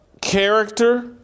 Character